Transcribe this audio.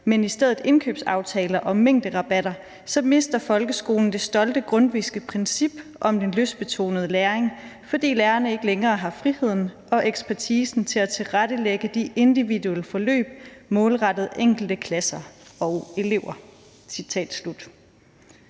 men i stedet indkøbsaftaler og mængderabatter, så mister folkeskolen det stolte Grundtvigske princip om den lystbetonede læring, fordi lærerne ikke længere har friheden og ekspertisen til at tilrettelægge de individuelle forløb målrettet enkelte klasser og elever.«